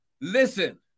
Listen